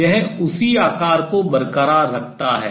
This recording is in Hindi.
यह उसी shape आकार को बरकरार रखता है